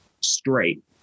straight